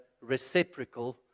reciprocal